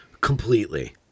completely